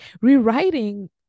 rewriting